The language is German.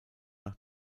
nach